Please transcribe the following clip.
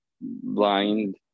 blind